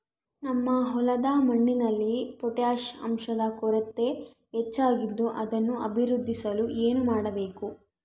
ನಮ್ಮ ಹೊಲದ ಮಣ್ಣಿನಲ್ಲಿ ಪೊಟ್ಯಾಷ್ ಅಂಶದ ಕೊರತೆ ಹೆಚ್ಚಾಗಿದ್ದು ಅದನ್ನು ವೃದ್ಧಿಸಲು ಏನು ಮಾಡಬೇಕು?